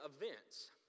events